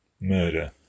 murder